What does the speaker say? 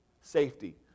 Safety